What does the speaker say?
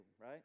right